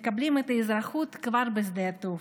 מקבלים את האזרחות כבר בשדה התעופה.